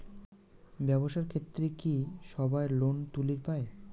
ব্যবসার ক্ষেত্রে কি সবায় লোন তুলির পায়?